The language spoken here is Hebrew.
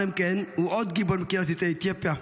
עלמקאן הוא עוד גיבור מקהילת יוצאי אתיופיה,